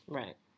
right